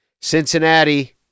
Cincinnati